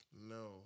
No